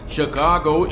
Chicago